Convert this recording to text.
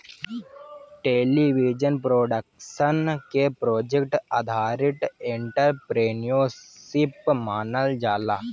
television production के project आधारित entrepreneurship मानल जाला